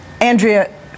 Andrea